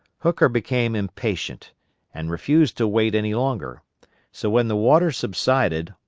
hooker became impatient and refused to wait any longer so when the water subsided,